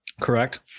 Correct